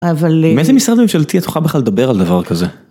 אבל אה... עם איזה משרד ממשלתי את יכולה בכלל לדבר על דבר כזה.